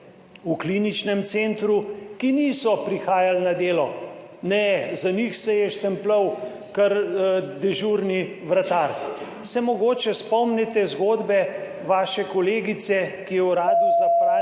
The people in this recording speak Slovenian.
v Kliničnem centru, ki niso prihajali na delo? Ne, za njih se je štempljal kar dežurni vratar. Se mogoče spomnite zgodbe vaše kolegice, ki je v uradu za pranje